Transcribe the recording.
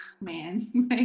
man